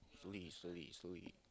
slowly slowly slowly